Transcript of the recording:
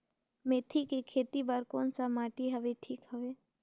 मेथी के खेती बार कोन सा माटी हवे ठीक हवे?